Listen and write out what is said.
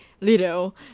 Little